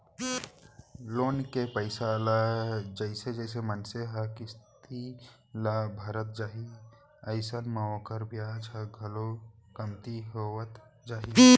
loan के पइसा ल जइसे जइसे मनसे ह किस्ती ल भरत जाही अइसन म ओखर बियाज ह घलोक कमती होवत जाही